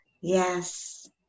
Yes